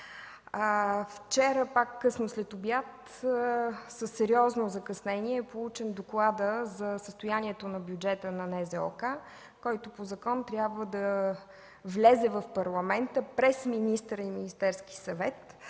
Вчера късно следобед със сериозно закъснение е получен докладът за състоянието на бюджета на НЗОК, който по закон трябва да влезе за разглеждане в Парламента през министъра и Министерския съвет.